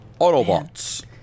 Autobots